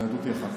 היהדות היא אחת.